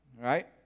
right